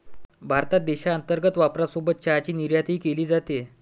भारतात देशांतर्गत वापरासोबत चहाची निर्यातही केली जाते